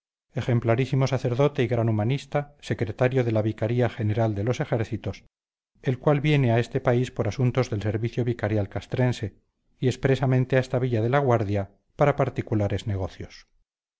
ejemplarísimo sacerdote y gran humanista secretario de la vicaría general de los ejércitos el cual viene a este país por asuntos del servicio vicarial castrense y expresamente a esta villa de la guardia para particulares negocios